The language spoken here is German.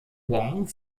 wong